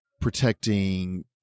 protecting